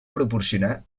proporcionà